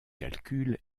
calculs